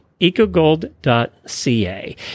ecogold.ca